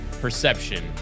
perception